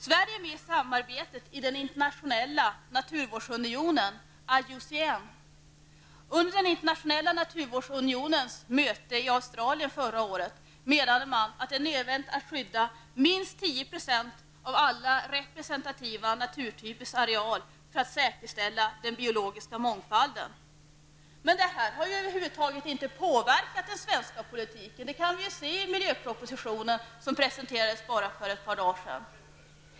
Sverige är med i samarbetet i den internationella naturvårdsunionen, IUCN. Under den internationella naturvårdsunionens möte i Australien förra året menade man att det är nödvändigt att skydda minst 10 % av alla representativa naturtypers areal för att säkerställa den biologiska mångfalden. Men detta har över huvud taget inte påverkat den svenska politiken. Det kan vi ju se i miljöpropositionen som presenterades för bara ett par dagar sedan.